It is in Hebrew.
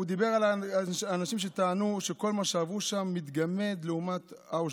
הוא דיבר על אנשים שטענו שכל מה שעברו שם מתגמד לעומת אושוויץ,